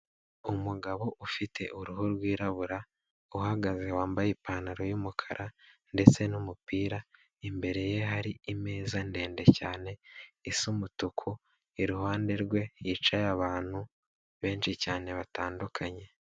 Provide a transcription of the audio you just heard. Umugabo ufite uruhu rwirabura, uhagaze wambaye ipantaro y'umukara ndetse n'umupira, imbere ye hari imeza ndende cyane isa umutuku, iruhande rwe hicaye abantu benshi cyane batandukanye.